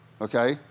okay